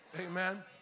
Amen